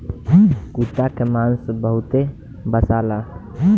कुता के मांस बहुते बासाला